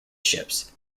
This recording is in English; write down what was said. ships